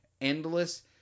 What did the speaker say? endless